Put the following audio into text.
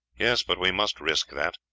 yes, but we must risk that.